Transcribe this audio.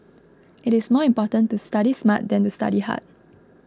it is more important to study smart than to study hard